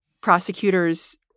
prosecutors